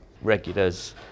regulars